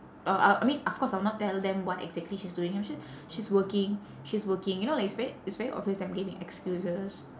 oh uh I mean of course I will not tell them what exactly she's doing I'm sure she's working she's working you know like it's very it's very obvious that I'm giving excuses